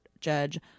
judge